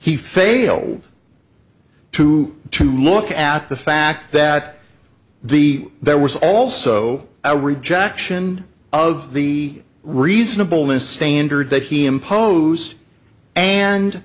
he failed to to look at the fact that the there was also a rejection of the reasonableness standard that he imposed and